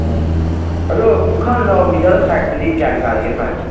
ꯑꯣ ꯑꯗꯣ ꯄꯨꯈꯝꯗꯣ ꯃꯤꯗꯜ ꯁꯥꯏꯁꯇꯗꯤ ꯀꯌꯥ ꯀꯌꯥ ꯂꯩꯕꯒꯦ ꯄ꯭ꯔꯥꯏꯖꯁꯦ